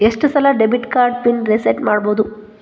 ಎಷ್ಟ ಸಲ debit card PIN reset ಮಾಡಬೋದು